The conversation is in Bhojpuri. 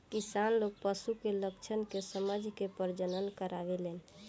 किसान लोग पशु के लक्षण के समझ के प्रजनन करावेलन